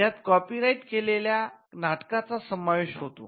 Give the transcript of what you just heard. यात copyright केलेल्या नाटकाचा समावेश होतो